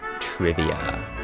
trivia